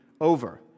over